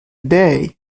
day